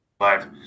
live